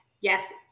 yes